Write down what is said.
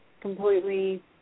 completely